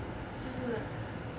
就是